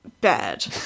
bad